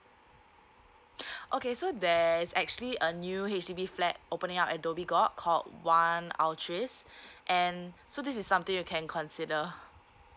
okay so there's actually a new H_D_B flat opening up at dhoby ghaut called one and so this is something you can consider